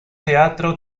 teatro